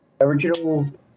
original